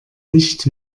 nicht